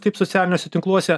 taip socialiniuose tinkluose